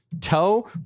Toe